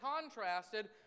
contrasted